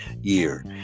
year